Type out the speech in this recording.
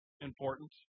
important